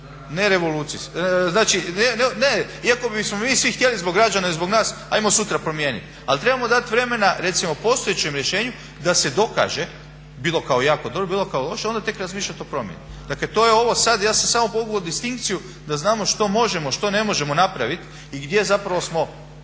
ne razumije./ … Ne, iako bismo mi svi htjeli zbog građana i zbog nas ajmo sutra promijenit, ali trebamo dati vremena recimo postojećem rješenju da se dokaže, bilo kao jako dobro, bilo kao loše, onda tek razmišljat o promjeni. Dakle to je ovo sad, ja sam samo povukao distinkciju da znamo što možemo, što ne možemo napravit i gdje zapravo smo